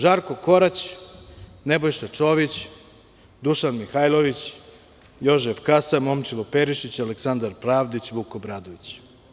Žarko Korać, Nebojša Čović, Dušan Mihajlović, Jožef Kasa, Momčilo Perišić, Aleksandar Pravdić, Vuk Obradović.